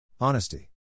Honesty